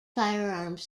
firearms